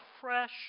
fresh